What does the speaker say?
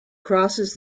crosses